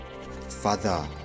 Father